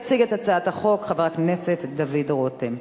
יציג את הצעת החוק חבר הכנסת דוד רותם.